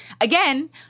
again